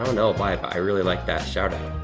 i don't know why but i really like that shout-out.